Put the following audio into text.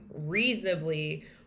reasonably